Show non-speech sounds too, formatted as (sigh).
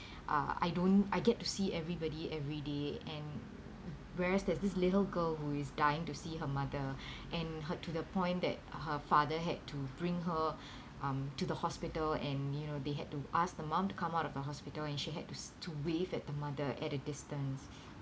uh I don't I get to see everybody every day and whereas there's this little girl who is dying to see her mother (breath) and hurt to the point that her father had to bring her um to the hospital and you know they had to ask the mum to come out of the hospital and she had to s~ to wave at the mother at a distance